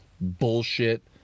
bullshit